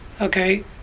okay